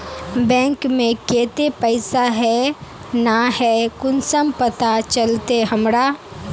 Bank में केते पैसा है ना है कुंसम पता चलते हमरा?